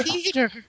Peter